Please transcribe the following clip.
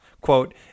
Quote